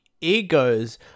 egos